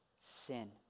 sin